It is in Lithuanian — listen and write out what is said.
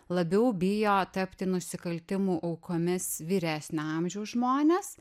labiau bijo tapti nusikaltimų aukomis vyresnio amžiaus žmonės